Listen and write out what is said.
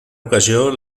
ocasió